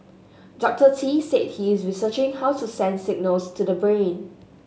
Doctor Tee said he is researching how to send signals to the brain